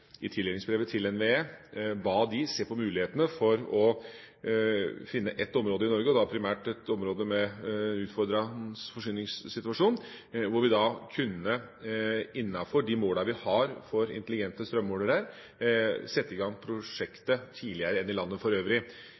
i tildelingsbrevet til NVE ba dem se på mulighetene for å finne ett område i Norge, primært et område med en utfordrende forsyningssituasjon, hvor vi innenfor de målene vi har for intelligente strømmålere, kunne sette i gang prosjektet tidligere enn i landet for øvrig.